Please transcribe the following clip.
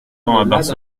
cents